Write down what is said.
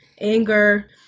anger